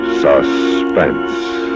Suspense